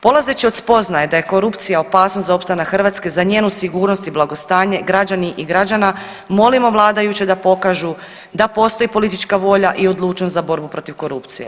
Polazeći od spoznaje da je korupcija opasnost za opstanak Hrvatske, za njenu sigurnost i blagostanje građani i građana molimo vladajuće da pokažu da postoji politička volja i odlučnost protiv korupcije.